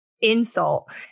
insult